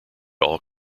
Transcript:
all